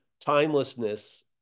timelessness